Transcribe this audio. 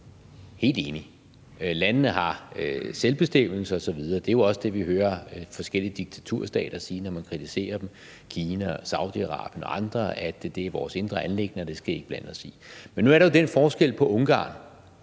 Helt enig. Landene har selvbestemmelse osv. Det er jo også det, vi hører forskellige diktaturstater sige, når man kritiserer dem – Kina, Saudi-Arabien og andre – altså at det er vores indre anliggender, og at det skal I ikke blande jer i. Men nu er der jo den forskel på Ungarn